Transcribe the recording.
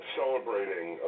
celebrating